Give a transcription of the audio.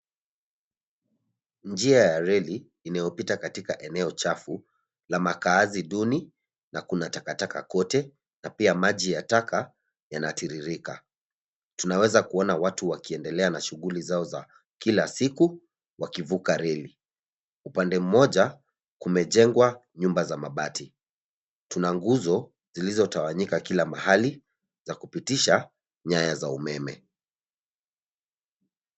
Njia ya reli inayopita katika eneo chafu na makaazi duni na kuna takataka kote na pia maji ya taka yanatiririka. Tunaweza kuona watu wakiendelea na shughuli zao za kila siku wakivuka reli. Upande mmoja kumejengwa nyumba za mabati. Tuna nguzo zilizotawanyika kila mahali za kupitisha nyaya za umeme.